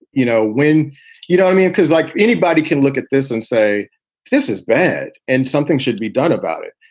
you know, when you don't i mean, because, like, anybody can look at this and say this is bad and something should be done about it,